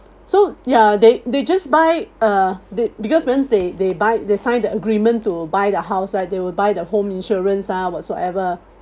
so ya they they just buy uh they because when they they buy they sign the agreement to buy the house right they will buy the home insurance ah whatsoever